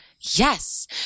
Yes